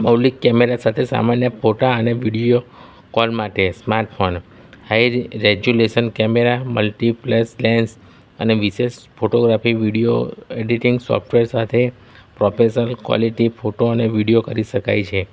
મૌલિક camera સાથે સામાન્ય ફોટા અને વિડીયો કોલ માટે smart phone high resolution camera multi plus lens અને વિશેષ ફોટોગ્રાફી વિડીયો એડિટિંગ સોફ્ટવેર સાથે પ્રોફેશલ કોલેટી ફોટો અને વિડીયો કરી શકાય છે